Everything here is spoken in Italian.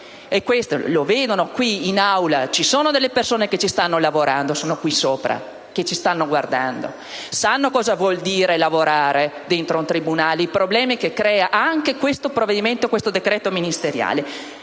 Questo lo vedono: qui in Aula ci sono delle persone che ci stanno lavorando. Sono qui in tribuna e ci stanno guardando; sanno cosa vuol dire lavorare in un tribunale, i problemi che crea anche questo decreto ministeriale.